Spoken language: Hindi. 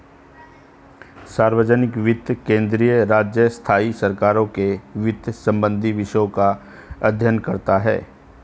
सार्वजनिक वित्त केंद्रीय, राज्य, स्थाई सरकारों के वित्त संबंधी विषयों का अध्ययन करता हैं